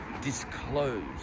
disclose